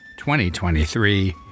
2023